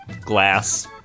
Glass